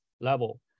level